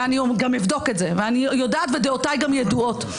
וגם אבדוק את זה ואני יודעת ודעותיי גם ידועות,